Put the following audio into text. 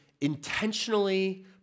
intentionally